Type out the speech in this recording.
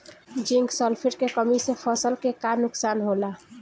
Zinc sulphate के कमी से फसल के का नुकसान होला?